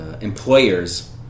employers